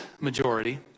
majority